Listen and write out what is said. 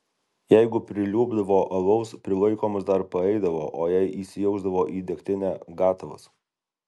jeigu priliuobdavo alaus prilaikomas dar paeidavo o jei įsijausdavo į degtinę gatavas